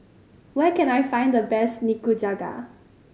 where can I find the best Nikujaga